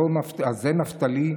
הזה נפתלי?